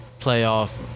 playoff